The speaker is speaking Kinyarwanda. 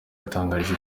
yatangarije